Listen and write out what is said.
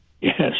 Yes